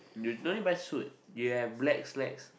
you no need buy suit you have black slacks